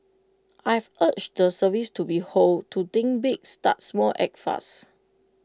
I've urged the service to be hold to think big start small act fast